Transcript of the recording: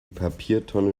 papiertonne